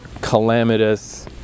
calamitous